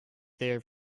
there